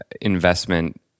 investment